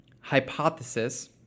hypothesis